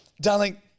darling